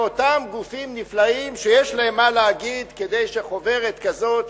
לאותם גופים נפלאים שיש להם מה להגיד כדי שחוברת כזאת,